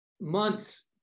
months